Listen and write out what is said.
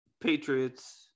Patriots